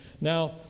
Now